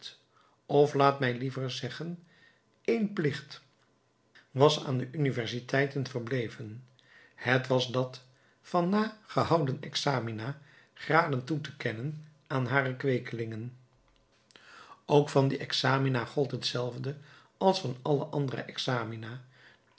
of laat mij liever zeggen één plicht was aan de universiteiten verbleven het was dat van na gehouden examina graden toe te te kennen aan hare kweekelingen ook van die examina gold hetzelfde als van alle andere examina